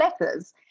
letters